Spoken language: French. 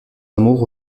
amour